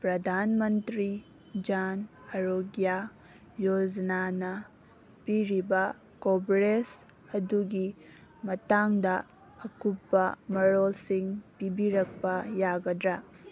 ꯄ꯭ꯔꯗꯥꯟ ꯃꯟꯇ꯭ꯔꯤ ꯖꯥꯟ ꯑꯔꯣꯒ꯭ꯌꯥ ꯌꯣꯖꯅꯥꯅ ꯄꯤꯔꯤꯕ ꯀꯣꯕ꯭ꯔꯦꯖ ꯑꯗꯨꯒꯤ ꯃꯇꯥꯡꯗ ꯑꯀꯨꯞꯄ ꯃꯔꯣꯜꯁꯤꯡ ꯄꯤꯕꯤꯔꯛꯄ ꯌꯥꯒꯗ꯭ꯔꯥ